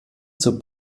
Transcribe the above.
zur